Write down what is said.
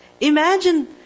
Imagine